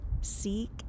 Seek